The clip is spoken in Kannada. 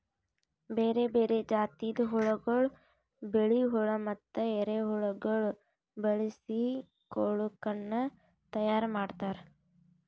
ಬೇರೆ ಬೇರೆ ಜಾತಿದ್ ಹುಳಗೊಳ್, ಬಿಳಿ ಹುಳ ಮತ್ತ ಎರೆಹುಳಗೊಳ್ ಬಳಸಿ ಕೊಳುಕನ್ನ ತೈಯಾರ್ ಮಾಡ್ತಾರ್